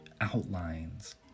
outlines